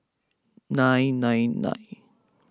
nine nine nine